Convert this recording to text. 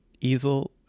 easel